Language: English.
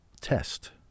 Test